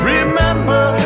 Remember